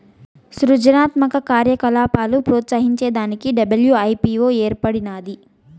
సృజనాత్మక కార్యకలాపాలు ప్రోత్సహించే దానికి డబ్ల్యూ.ఐ.పీ.వో ఏర్పడినాది